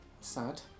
sad